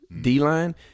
D-line